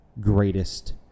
greatest